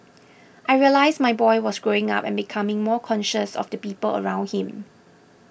I realised my boy was growing up and becoming more conscious of the people around him